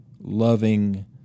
loving